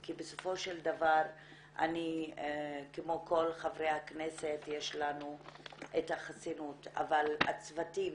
כי בסופו של דבר אני כמו כל חברי הכנסת בעלת חסינות אבל לצוותים